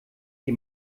die